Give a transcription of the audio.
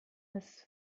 das